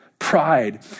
Pride